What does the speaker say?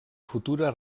futura